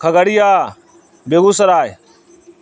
Khagaria Bigo Sarai